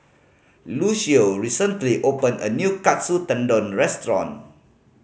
Lucio recently opened a new Katsu Tendon Restaurant